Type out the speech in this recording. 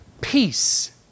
peace